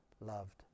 loved